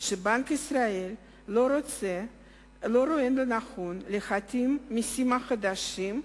שבנק ישראל לא רואה לנכון להטיל מסים חדשים,